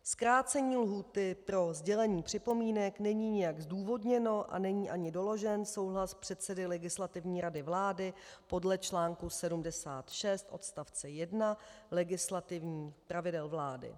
Zkrácení lhůty pro sdělení připomínek není nijak zdůvodněno a není ani doložen souhlas předsedy Legislativní rady vlády podle čl. 76 odst. 1 legislativních pravidel vlády.